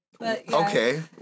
Okay